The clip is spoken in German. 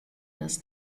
das